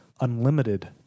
unlimited